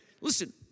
Listen